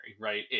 right